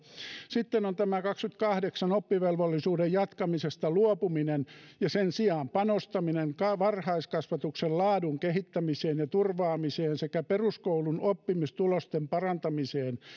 sitten on tämä kohta kaksikymmentäkahdeksan oppivelvollisuuden jatkamisesta luopuminen ja sen sijaan panostaminen varhaiskasvatuksen laadun kehittämiseen ja turvaamiseen sekä peruskoulun oppimistulosten parantamiseen